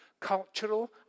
Cultural